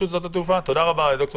תודה רבה, ד"ר